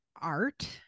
art